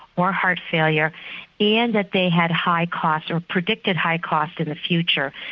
or heart failure and that they had high cost or predicted high cost in the future.